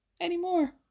anymore